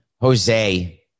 Jose